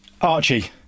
archie